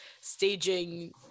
staging